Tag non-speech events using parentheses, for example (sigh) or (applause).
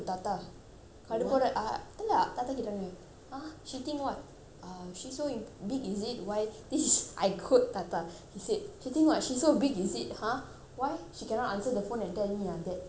then like thatha கேட்டாங்க:thatha kaetanga ah she think what ah she's so imp~ big is it why this (laughs) I quote thatha he said she think what she so big is it !huh! why she cannot answer the phone and tell me ah that ah vincent is going to call today